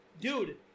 dude